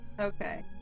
Okay